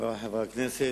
חברי חברי הכנסת,